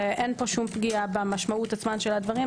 ואין פה פגיעה במשמעות עצמה של הדברים.